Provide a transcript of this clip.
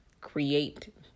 create